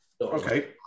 Okay